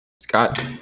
Scott